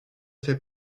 fait